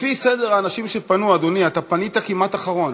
לפי סדר האנשים שפנו, אדוני, אתה פנית כמעט אחרון.